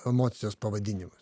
emocijos pavadinimus